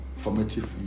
formative